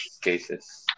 cases